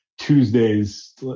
Tuesday's